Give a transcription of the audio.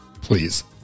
please